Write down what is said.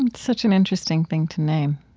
and such an interesting thing to name.